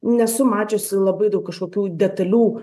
nesu mačiusi labai daug kažkokių detalių